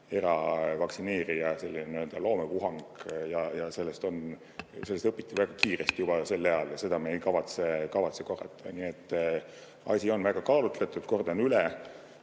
eravaktsineerija selline loomepuhang ja sellest õpiti väga kiiresti juba sel ajal. Seda viga me ei kavatse korrata. Nii et asi on väga kaalutletud. Kordan üle,